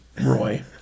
Roy